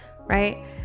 Right